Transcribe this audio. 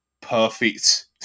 perfect